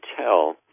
tell